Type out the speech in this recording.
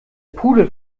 pudel